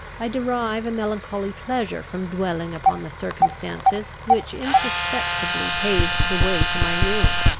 i derive a melancholy pleasure from dwelling upon the circumstances which imperceptibly paved the way to my ruin.